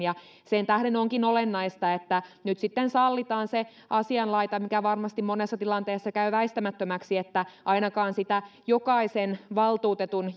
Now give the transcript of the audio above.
sen tähden onkin olennaista että nyt sitten sallitaan se asianlaita mikä varmasti monessa tilanteessa käy väistämättömäksi että ainakaan jokaisen valtuutetun